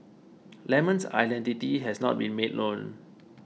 lemon's identity has not been made known